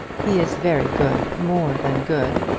he is very good more than good.